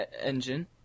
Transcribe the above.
engine